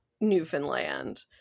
Newfoundland